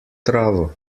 travo